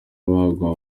bagwa